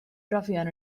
brofion